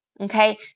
okay